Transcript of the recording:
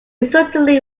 certainly